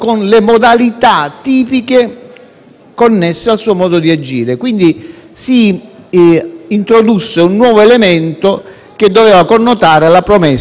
connesse al suo modo di agire. Quindi, si introdusse un nuovo elemento che doveva connotare la promessa, l'accordo di scambio elettorale.